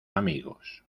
amigos